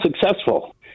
successful